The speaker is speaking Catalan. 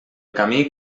camí